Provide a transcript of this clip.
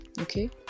Okay